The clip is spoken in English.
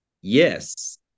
Yes